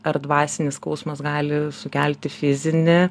ar dvasinis skausmas gali sukelti fizinį